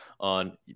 on